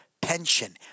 pension